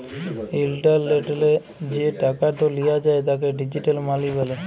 ইলটারলেটলে যে টাকাট লিয়া যায় তাকে ডিজিটাল মালি ব্যলে